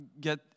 get